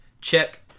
Check